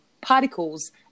particles